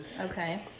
Okay